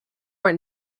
were